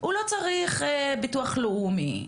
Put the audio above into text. הוא לא צריך ביטוח לאומי.